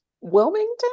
Wilmington